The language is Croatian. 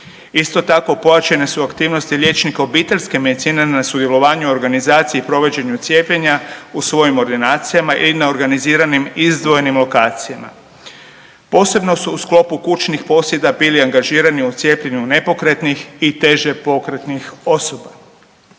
Isto tako, pojačane su aktivnosti liječnika obiteljske medicine na sudjelovanju i organizaciji i provođenju cijepljenja u svojim ordinacijama i na organiziranih izdvojenim lokacijama. Posebno su u sklopu kućnih posjeta bili angažirani u cijepljenju nepokretnih i teže pokretnih osoba.